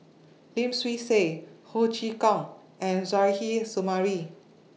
Lim Swee Say Ho Chee Kong and Suzairhe Sumari